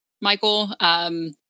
Michael